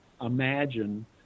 imagine